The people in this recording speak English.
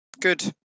good